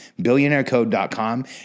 Billionairecode.com